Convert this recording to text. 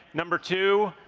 number two,